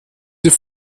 ist